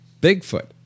Bigfoot